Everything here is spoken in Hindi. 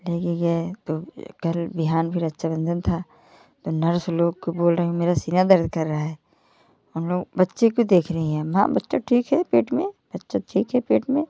लेके गए तब कल बिहान फिर रक्षाबंधन था तो नर्स लोग को बोल रही हूँ मेरा सीना दर्द कर रहा है हम लोग बच्चे को देख रही हैं माँ बच्चा ठीक है पेट में बच्चा ठीक है पेट में